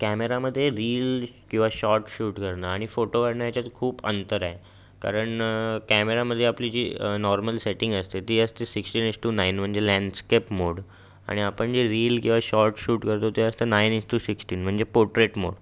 कॅमेऱ्यामध्ये रील्स किवा shorts shoot करणं आणि फोटो काढणं ह्याच्यात खूप अंतर आहे कारण कॅमेऱ्यामध्ये आपली जी नॉर्मल सेटिंग असते ती असते सिक्सटीन इज टू नाईन म्हणजे लँडस्केप मोड आणि आपण जे रील किवा शॉर्ट्स शूट करतो ते असतं नाईन इज टू सिक्सटीन म्हणजे पोर्ट्रेट मोड